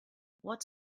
what